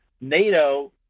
NATO